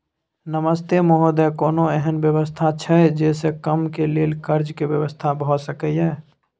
नमस्ते महोदय, कोनो एहन व्यवस्था छै जे से कम के लेल कर्ज के व्यवस्था भ सके ये?